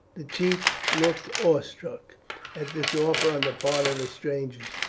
the chiefs looked awestruck at this offer on the part of the strangers,